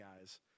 guys